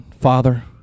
Father